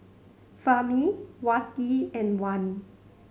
Fahmi Wati and Wan